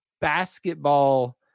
basketball